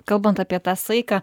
kalbant apie tą saiką